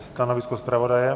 Stanovisko zpravodaje?